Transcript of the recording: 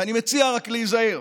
ואני מציע רק להיזהר,